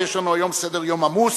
ויש לנו היום סדר-יום עמוס.